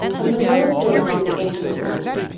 and manoah said unto the angel of the lord,